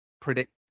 predict